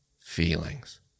feelings